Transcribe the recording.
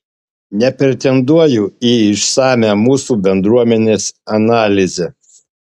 nepretenduoju į išsamią mūsų bendruomenės analizę